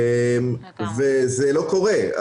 זה לא קורה.